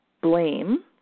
blame